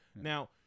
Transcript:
Now